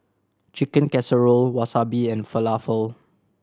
Chicken Casserole Wasabi and Falafel